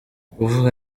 kuvuga